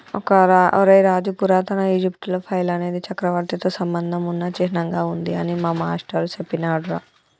ఒరై రాజు పురాతన ఈజిప్టులో ఫైల్ అనేది చక్రవర్తితో సంబంధం ఉన్న చిహ్నంగా ఉంది అని మా మాష్టారు సెప్పినాడురా